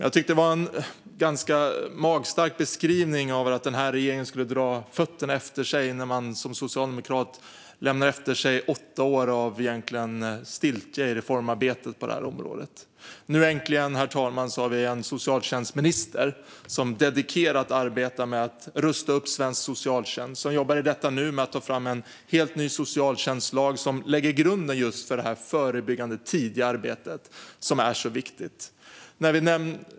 Det var en ganska magstark beskrivning att den här regeringen skulle dra fötterna efter sig när man som socialdemokrat lämnar efter sig åtta år av stiltje i reformarbetet på det här området. Äntligen, herr talman, har vi en socialtjänstminister som dedikerat arbetar med att rusta upp svensk socialtjänst och som i detta nu jobbar med att ta fram en helt ny socialtjänstlag som lägger grunden för just det förebyggande, tidiga arbetet som är så viktigt.